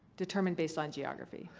determined based on geography.